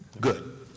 Good